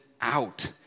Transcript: out